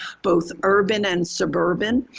both urban and suburban.